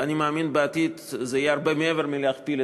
ואני מאמין שבעתיד זה יהיה הרבה מעבר מלהכפיל,